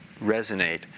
resonate